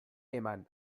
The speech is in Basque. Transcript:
eman